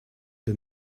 der